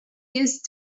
used